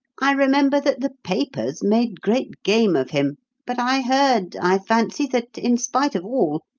i remember that the papers made great game of him but i heard, i fancy, that, in spite of all,